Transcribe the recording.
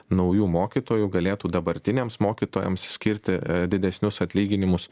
naujų mokytojų galėtų dabartiniams mokytojams skirti didesnius atlyginimus